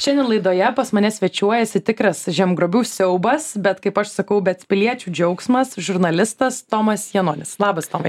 šiandien laidoje pas mane svečiuojasi tikras žemgrobių siaubas bet kaip aš sakau bet piliečių džiaugsmas žurnalistas tomas janonis labas tomai